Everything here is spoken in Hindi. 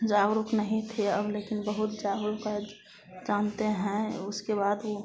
जागरुक नहीं थे अब लेकिन बहुत जागरुक है जानते हैं उसके बाद वो